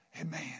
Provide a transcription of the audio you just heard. Amen